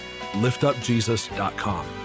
liftupjesus.com